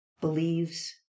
Believes